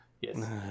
Yes